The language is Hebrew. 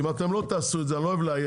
אם אתם לא תעשו את זה אני לא אוהב לאיים,